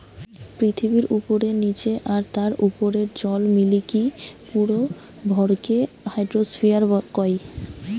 পৃথিবীর উপরে, নীচে আর তার উপরের জল মিলিকি পুরো ভরকে হাইড্রোস্ফিয়ার কয়